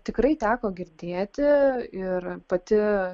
tikrai teko girdėti ir pati